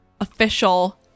official